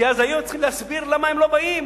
כי אז היו צריכים להסביר למה הם לא באים,